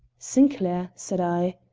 sinclair, said i,